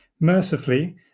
mercifully